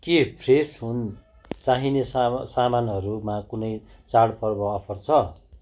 के फ्रेस हुन् चाहिने साम सामानहरूमा कुनै चाडपर्व अफर छ